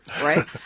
right